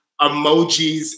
emojis